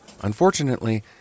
Unfortunately